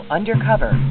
Undercover